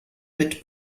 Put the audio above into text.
mit